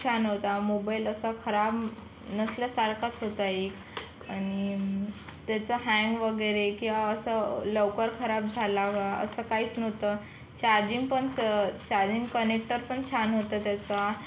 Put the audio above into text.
खूप छान होता मोबाईल असा खराब नसल्यासारखाच होता एक आणि त्याचा हँग वगैरे किंवा असं लवकर खराब झाला वा असं काहीच नव्हतं चार्जिंग पण च चार्जिंग कनेक्टर पण छान होता त्याचा